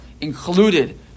included